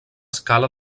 scala